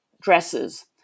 dresses